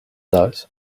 those